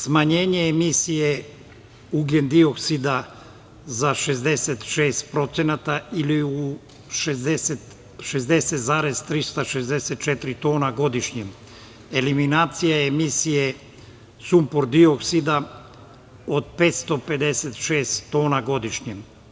Smanjenje emisije ugljen-dioksida za 66% ili u 60,364 tona godišnje. eliminacija emisije sumpor-dioksida od 556 tona godišnje.